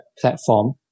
platform